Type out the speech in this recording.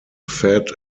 fed